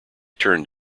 turned